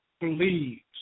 believes